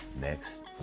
next